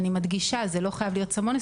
אני מדגישה, זה לא חייב להיות סם אונס.